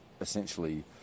essentially